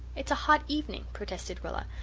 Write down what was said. it's a hot evening, protested rilla.